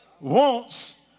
wants